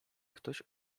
ktoś